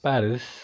Paris